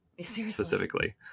specifically